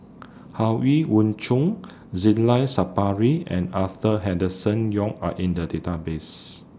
Chong Zainal Sapari and Arthur Henderson Young Are in The Database